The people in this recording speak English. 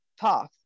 path